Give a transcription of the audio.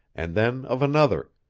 and then of another,